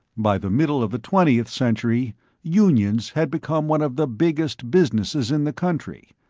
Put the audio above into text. by the middle of the twentieth-century, unions had become one of the biggest businesses in the country,